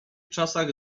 czasach